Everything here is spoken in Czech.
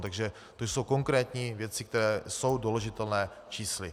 Takže to jsou konkrétní věci, které jsou doložitelné čísly.